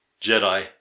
Jedi